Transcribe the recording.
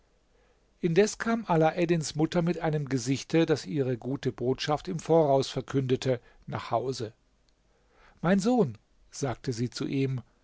indes kam alaeddins mutter mit einem gesichte das ihre gute botschaft im voraus verkündete nach hause mein sohn sagte sie zu ihm